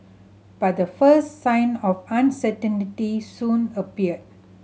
but the first sign of uncertainty soon appeared